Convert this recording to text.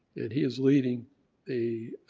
and he is leading the